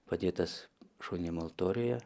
padėtas šoniniam altoriuje